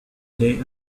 day